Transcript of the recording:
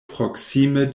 proksime